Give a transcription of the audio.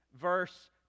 verse